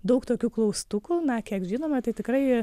daug tokių klaustukų na kiek žinome tai tikrai